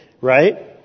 right